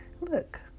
look